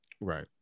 Right